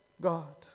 God